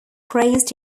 praised